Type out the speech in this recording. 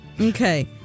Okay